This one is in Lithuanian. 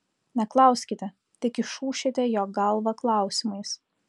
neklauskite tik išūšite jo galvą klausimais